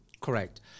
Correct